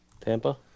Tampa